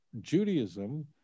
Judaism